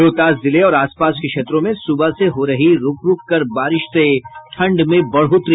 रोहतास जिले और आस पास के क्षेत्रों में सुबह से हो रही रूक रूक कर बारिश से ठंड में बढ़ोतरी